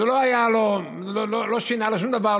זה לא שינה לו שום דבר,